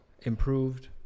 improved